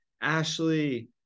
Ashley